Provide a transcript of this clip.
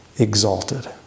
Exalted